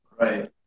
Right